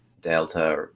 Delta